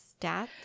stats